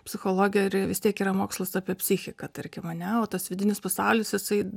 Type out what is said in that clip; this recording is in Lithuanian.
psichologija ir vis tiek yra mokslas apie psichiką tarkim ane o tas vidinis pasaulis jisai